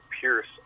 Pierce